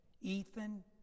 Ethan